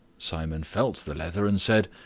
simon felt the leather and said,